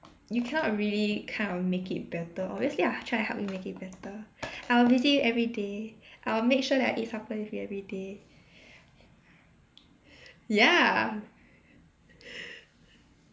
you cannot really kind of make it better obviously I'll try to help you make it better I'll visit you everyday I will make sure that I eat supper with you everyday ya